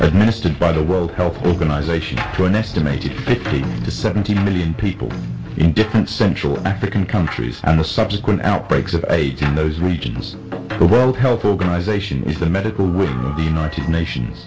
administered by the world health organization or an estimated fifty to seventy million people in different central african countries and the subsequent outbreaks of aids in those regions the world health organization is the medical with the united nations